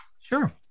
Sure